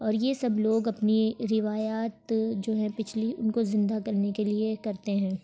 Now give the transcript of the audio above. اور یہ سب لوگ اپنی روایات جو ہیں پچھلی ان کو زندہ کرنے کے لیے کرتے ہیں